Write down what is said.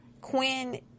Quinn